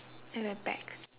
at the back